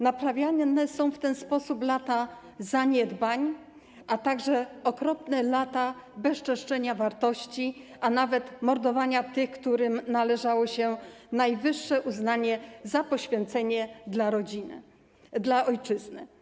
Naprawiane są w ten sposób lata zaniedbań, a także okropne lata bezczeszczenia wartości, a nawet mordowania tych, którym należało się najwyższe uznanie za poświęcenie dla ojczyzny.